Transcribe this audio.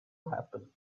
happen